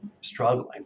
struggling